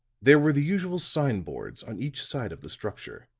there were the usual signboards on each side of the structure,